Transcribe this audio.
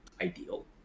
ideal